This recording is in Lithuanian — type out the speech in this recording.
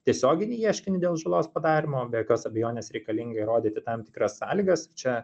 tiesioginį ieškinį dėl žalos padarymo be jokios abejonės reikalinga įrodyti tam tikras sąlygas čia